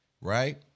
Right